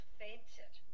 fainted